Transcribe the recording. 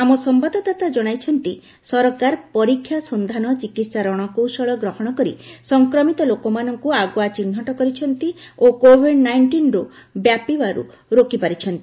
ଆମ ସମ୍ଭାଦଦାତା ଜଣାଇଛନ୍ତି ସରକାର ପରୀକ୍ଷା ସନ୍ଧାନ ଚିକିତ୍ସା ରଣକୌଶଳ ଗ୍ରହଣ କରି ସଫକ୍ରମିତ ଲୋକମାନଙ୍କୁ ଆଗୁଆ ଚିହ୍ନଟ କରିଛନ୍ତି ଓ କୋଭିଡ୍ ନାଇଷ୍ଟିନ୍କୁ ବ୍ୟାପିବାରୁ ରୋକିପାରିଛନ୍ତି